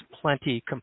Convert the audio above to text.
plenty